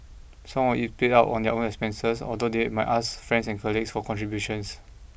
some of it paid out of their own expenses although they my ask friends and colleagues for contributions